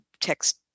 text